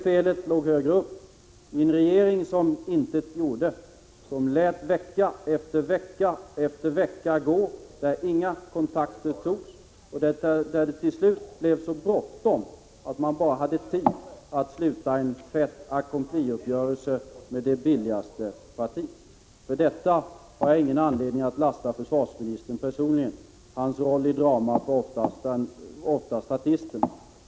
Felet låg högre upp — hos en regering som intet gjorde, som lät vecka efter vecka gå utan att några kontakter togs, så att det till slut blev så bråttom att man bara hade tid att sluta en fait accompli-uppgörelse med det billigaste partiet. För detta har jag ingen anledning att lasta försvarsministern personligen. Hans roll i dramat var oftast statistens.